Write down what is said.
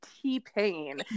T-Pain